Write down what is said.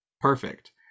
perfect